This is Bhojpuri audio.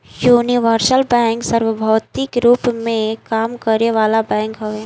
यूनिवर्सल बैंक सार्वभौमिक रूप में काम करे वाला बैंक हवे